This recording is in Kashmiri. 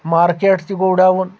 مارکیٚٹ تہِ گوٚو ڈاوُن